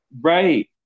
Right